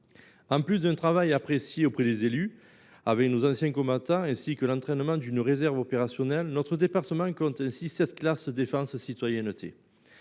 Au delà du travail auprès des élus et avec nos anciens combattants, ainsi que de l’entraînement d’une réserve opérationnelle, notre département compte ainsi sept classes « défense et citoyenneté